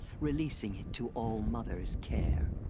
releasing it to all-mother's care.